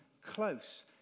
close